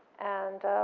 and